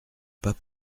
pas